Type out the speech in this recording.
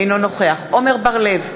אינו נוכח עמר בר-לב,